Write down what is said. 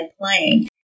playing